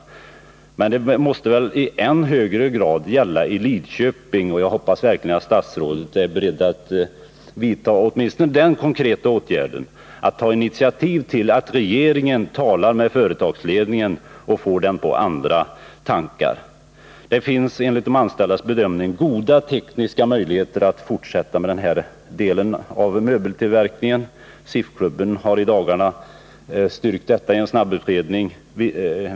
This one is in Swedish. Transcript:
17 Men det måste väl i än högre grad gälla i Lidköping. Jag hoppas verkligen att statsrådet är beredd att vidta åtminstone den konkreta åtgärden att ta initiativ till att regeringen talar med företagsledningen och får den på andra tankar. Det finns enligt de anställdas bedömning goda tekniska möjligheter att fortsätta med den här delen av möbeltillverkningen. SIF-klubben har i dagarna styrkt detta i en snabbutredning.